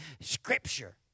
Scripture